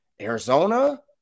Arizona